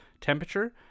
temperature